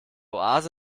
oase